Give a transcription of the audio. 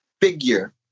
figure